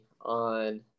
on